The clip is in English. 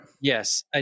Yes